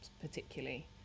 particularly